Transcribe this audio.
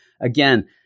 again